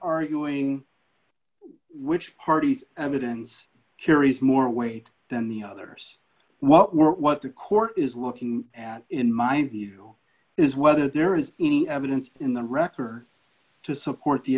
arguing which party's evidence carries more weight than the others well more what the court is looking at in mind view is whether there is any evidence in the record to support the